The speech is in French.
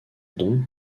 dons